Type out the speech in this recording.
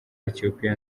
ethiopia